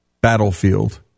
battlefield